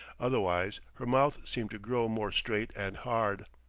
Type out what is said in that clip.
otherwise her mouth seemed to grow more straight and hard.